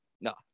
No